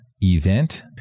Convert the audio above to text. event